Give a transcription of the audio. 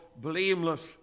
blameless